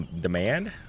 demand